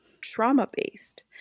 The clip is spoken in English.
trauma-based